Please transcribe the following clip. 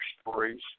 stories